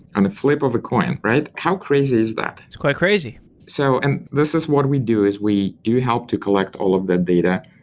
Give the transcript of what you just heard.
on a flip of a coin, right? how crazy is that? it's quite crazy so and this is what we do, is we do help to collect all of that data.